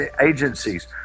agencies